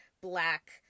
black